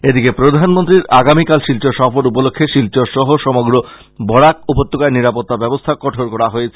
এদিকে প্রধানমন্ত্রীর আগামীকাল শিলচর সফর উপলক্ষ্যে শিলচর সহ সমগ্র বরাক উপত্যকায় নিরাপত্তা ব্যবস্থা কঠোর করা হয়েছে